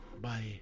Bye